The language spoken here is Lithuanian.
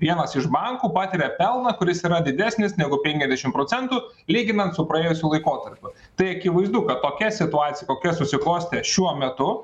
vienas iš bankų patiria pelną kuris yra didesnis negu pekiasdešim procentų lyginant su praėjusiu laikotarpiu tai akivaizdu kad tokia situacija kokia susiklostė šiuo metu